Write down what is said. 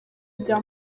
ibya